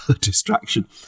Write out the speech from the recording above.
Distraction